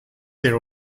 their